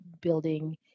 building